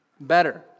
Better